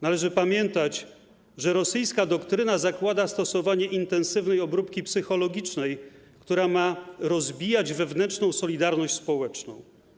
Należy pamiętać, że rosyjska doktryna zakłada stosowanie intensywnej obróbki psychologicznej, która ma rozbijać wewnętrzną solidarność społeczną.